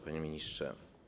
Panie Ministrze!